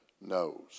knows